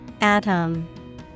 Atom